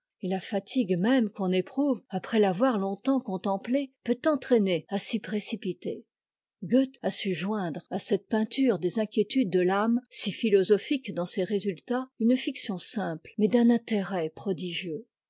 et la fatigue même qu'on éprouve après l'avoir longtemps contemplé peut entraîner à s'y précipiter goethe a su joindre à cette pein des inquiétudes de l'âme si philosophique dans ses résultats une fiction simple mais d'un tntérêt prodigieux